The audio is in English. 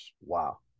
Wow